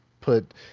put